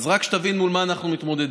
אז רק שתבין מול מה אנחנו מתמודדים.